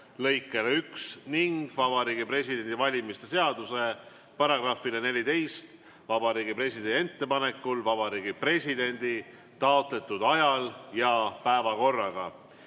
lõikele 1 ning Vabariigi Presidendi valimise seaduse §-le 14 Vabariigi Presidendi ettepanekul Vabariigi Presidendi taotletud ajal ja päevakorraga.